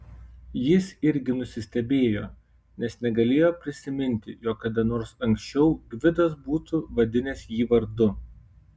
jis irgi nusistebėjo nes negalėjo prisiminti jog kada nors anksčiau gvidas būtų vadinęs jį vardu